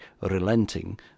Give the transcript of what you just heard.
relenting